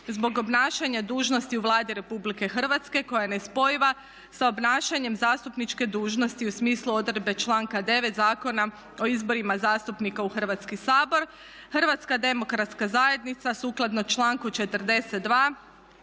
zbog obnašanja dužnosti u Vladi RH koja je nespojiva s obnašanjem zastupničke dužnosti u smislu odredbe članka 9. Zakona o izborima zastupnika u Hrvatski sabor. Hrvatska demokratska zajednica sukladno članku 42.